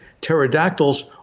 pterodactyls